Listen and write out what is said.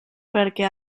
perquè